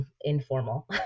informal